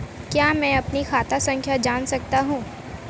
क्या मैं अपनी खाता संख्या जान सकता हूँ?